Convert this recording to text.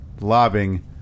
lobbing